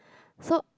so